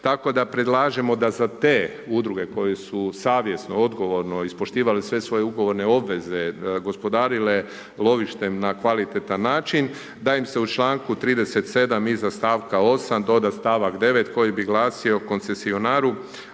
tako da predlažemo da za te udruge koje su savjesno, odgovorno ispoštivale sve svoje ugovorne obveze, gospodarile lovištem na kvalitetan način, da im se u članku 37. iza stavka 8. doda stavak 9. koji bi glasio: „koncesionaru,